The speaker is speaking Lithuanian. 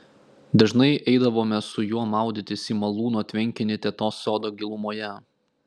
dažnai eidavome su juo maudytis į malūno tvenkinį tetos sodo gilumoje